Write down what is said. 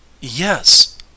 Yes